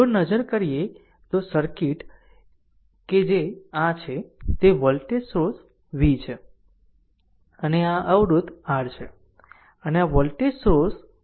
જો નજર કરીએ તો આ સર્કિટ કે જે આ છે તે વોલ્ટેજ સોર્સ v છે અને આ અવરોધ R છે અને આ વોલ્ટેજ સોર્સ v છે